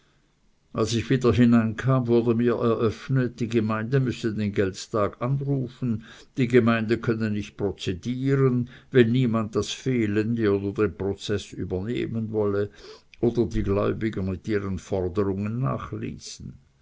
als ich wieder hineinkam wurde mir eröffnet die gemeinde müsse den geldstag anrufen die gemeinde könne nicht prozedieren wenn niemand das fehlende oder den prozeß übernehmen wolle ober die gläubiger mit ihren forderungen nachließen